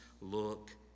look